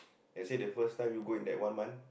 they say the first time you go in that one month